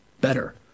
better